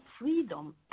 freedom